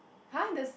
!huh! there's